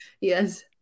Yes